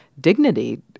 dignity